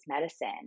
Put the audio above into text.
medicine